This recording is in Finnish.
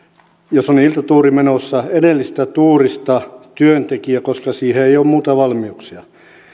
jos on iltatuuri menossa edellisestä tuurista työntekijä koska siihen ei ei ole muita valmiuksia